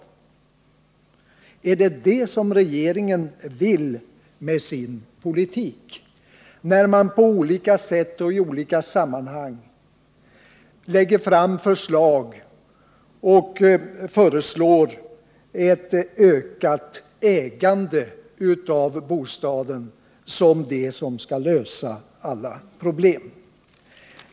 Är det detta som regeringen vill med sin politik när den på olika sätt och i olika sammanhang föreslår ett ökat ägande av bostaden som lösningen av alla problem?